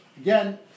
Again